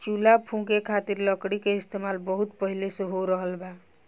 चूल्हा फुके खातिर लकड़ी के इस्तेमाल बहुत पहिले से हो रहल बा